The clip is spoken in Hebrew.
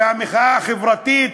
והמחאה החברתית,